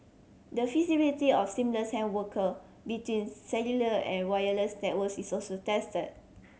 the feasibility of seamless handwork between cellular and wireless networks is also tested